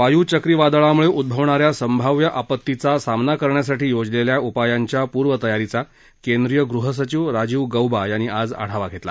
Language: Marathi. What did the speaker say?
वायू चक्रीवादळामुळे उद्भवणा या संभाव्य आपत्तीचा सामना करण्यासाठी योजलेल्या उपायांच्या पूर्व तयारीचा केंद्रीय गृहसचिव राजीव गौबा यांनी आज आढावा घेतला